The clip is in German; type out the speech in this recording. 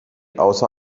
außer